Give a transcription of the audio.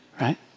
right